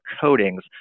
coatings